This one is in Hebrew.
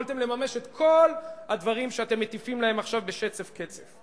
יכולתם לממש את כל הדברים שאתם מטיפים להם עכשיו בשצף קצף.